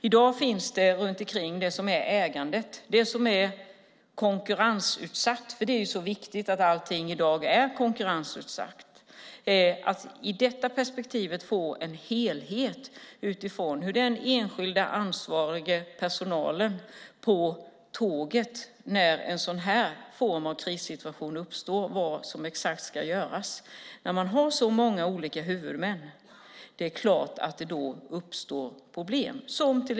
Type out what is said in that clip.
I dag är det så viktigt att allt är konkurrensutsatt, och då är det svårt för de ansvariga i personalen ombord på tåget att i en krissituation få överblick över helheten och veta vad som ska göras. När man har så många olika huvudmän är det klart att det uppstår problem.